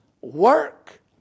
work